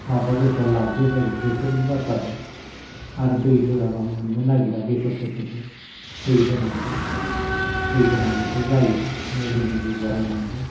मबेबा बोसोराव लाभबो जायो बोथोरनि बाथ्रा दं आरो दै होवाबा मोननो नागेरा बेसरफोरखोबो दै होनांगौ दै होनानैसो जायो मुलिनि बेब'हार होनांगौ